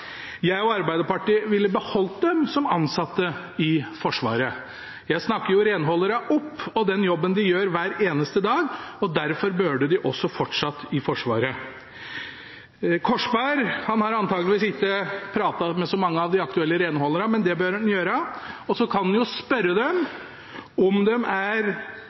Jeg og Arbeiderpartiet ville beholdt dem som ansatte i Forsvaret. Jeg snakker jo renholderne – og den jobben de gjør – opp hver eneste dag, og derfor burde de også fortsatt i Forsvaret. Korsberg har antakeligvis ikke pratet med så mange av de aktuelle renholderne, men det bør han gjøre, og så kan han jo spørre dem om de er